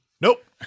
Nope